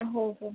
हो हो